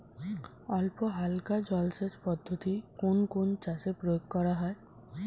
অল্পহালকা জলসেচ পদ্ধতি কোন কোন চাষে প্রয়োগ করা হয়?